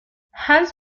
hans